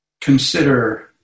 consider